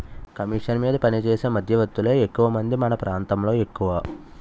commission మీద పనిచేసే మధ్యవర్తులే ఎక్కువమంది మన ప్రాంతంలో ఎక్కువ